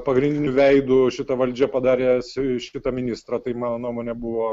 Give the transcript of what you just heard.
pagrindiniu veidu šita valdžia padarė šitą ministrą tai mano nuomone buvo